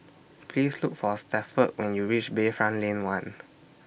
Please Look For Stafford when YOU REACH Bayfront Lane one